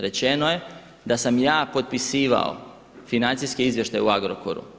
Rečeno je da sam ja potpisivao financijske izvještaje u Agrokoru.